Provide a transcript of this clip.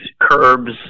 curbs